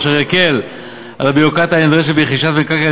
אשר יקל את הביורוקרטיה הנדרשת ברכישת מקרקעין